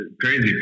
crazy